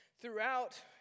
throughout